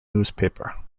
newspaper